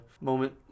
moment